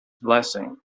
blessing